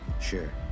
Sure